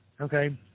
Okay